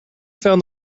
found